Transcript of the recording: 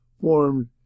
formed